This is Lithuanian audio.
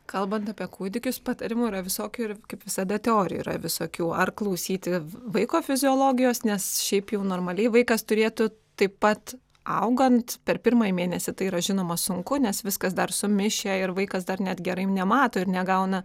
kalbant apie kūdikius patarimų yra visokių ir kaip visada teorijų yra visokių ar klausyti vaiko fiziologijos nes šiaip jau normaliai vaikas turėtų taip pat augant per pirmąjį mėnesį tai yra žinoma sunku nes viskas dar sumišę ir vaikas dar net gerai nemato ir negauna